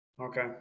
okay